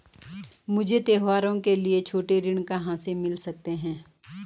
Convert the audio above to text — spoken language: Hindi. मुझे त्योहारों के लिए छोटे ऋण कहाँ से मिल सकते हैं?